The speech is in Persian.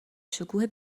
شکوه